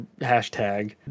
hashtag